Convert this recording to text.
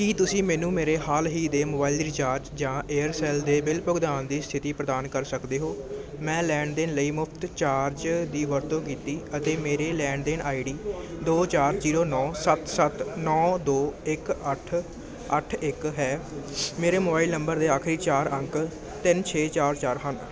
ਕੀ ਤੁਸੀਂ ਮੈਨੂੰ ਮੇਰੇ ਹਾਲ ਹੀ ਦੇ ਮੋਬਾਈਲ ਰੀਚਾਰਜ ਜਾਂ ਏਅਰਸੈਲ ਦੇ ਬਿੱਲ ਭੁਗਤਾਨ ਦੀ ਸਥਿਤੀ ਪ੍ਰਦਾਨ ਕਰ ਸਕਦੇ ਹੋ ਮੈਂ ਲੈਣ ਦੇਣ ਲਈ ਮੁਫ਼ਤ ਚਾਰਜ ਦੀ ਵਰਤੋਂ ਕੀਤੀ ਅਤੇ ਮੇਰੀ ਲੈਣ ਦੇਣ ਆਈ ਡੀ ਦੋ ਚਾਰ ਜ਼ੀਰੋ ਨੌਂ ਸੱਤ ਸੱਤ ਨੌਂ ਦੋ ਇੱਕ ਅੱਠ ਅੱਠ ਇੱਕ ਹੈ ਮੇਰੇ ਮੋਬਾਈਲ ਨੰਬਰ ਦੇ ਆਖਰੀ ਚਾਰ ਅੰਕ ਤਿੰਨ ਛੇ ਚਾਰ ਚਾਰ ਹਨ